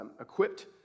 Equipped